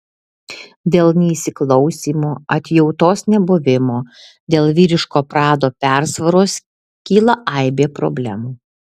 dėl neįsiklausymo atjautos nebuvimo dėl vyriško prado persvaros kyla aibė problemų